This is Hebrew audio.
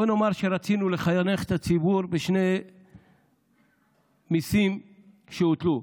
בואו נאמר שרצינו לחנך את הציבור בשני מיסים שהוטלו,